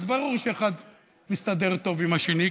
אז ברור שאחד מסתדר טוב עם השני,